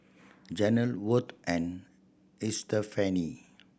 Janel Worth and Estefani